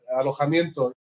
alojamiento